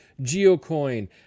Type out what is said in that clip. geocoin